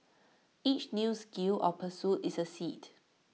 each new skill or pursuit is A seed